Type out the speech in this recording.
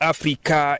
Africa